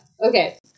Okay